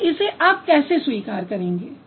और इसे आप कैसे स्वीकार करेंगे